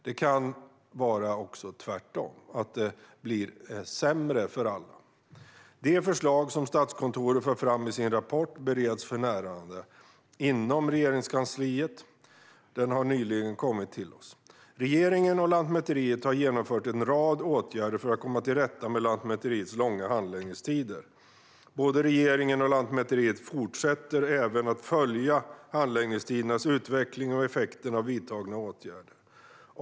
Det kan bli tvärtom, det vill säga att det blir sämre för alla. De förslag som Statskontoret för fram i sin rapport, som vi nyligen har fått, bereds för närvarande inom Regeringskansliet. Regeringen och Lantmäteriet har vidtagit en rad åtgärder för att komma till rätta med Lantmäteriets långa handläggningstider. Både regeringen och Lantmäteriet fortsätter även att följa handläggningstidernas utveckling och effekten av vidtagna åtgärder.